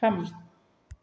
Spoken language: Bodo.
थाम